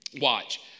Watch